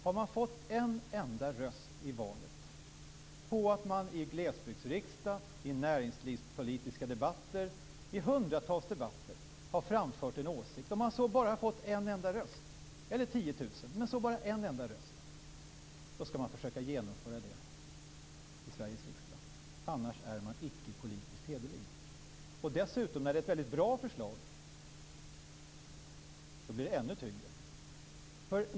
Har man fått en enda röst i valet på att man i glesbygdsriksdag, i näringslivspolitiska debatter eller i hundratals debatter har framfört en åsikt - alltså oavsett om man bara fått en enda röst eller om man fått 10 000 röster - skall man försöka genomföra det sagda i Sveriges riksdag; annars är man icke politiskt hederlig. Dessutom blir det, när det är ett väldigt bra förslag, ännu tyngre.